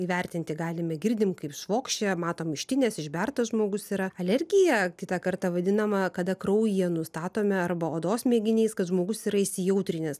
įvertinti galime girdim kaip švokščia matom ištinęs išbertas žmogus yra alergija kitą kartą vadinama kada kraujyje nustatome arba odos mėginys kad žmogus yra įsijautrinęs